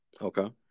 Okay